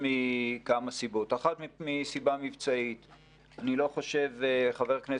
אני מבקש שתשתפו את המצגת שנשלחה אליכם